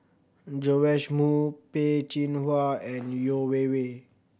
Joash Moo Peh Chin Hua and Yeo Wei Wei